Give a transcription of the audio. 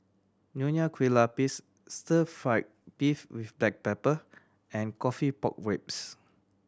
Nonya Kueh Lapis stir fried beef with black pepper and coffee pork ribs